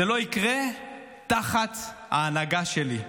זה לא יקרה תחת ההנהגה שלי.